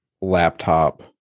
laptop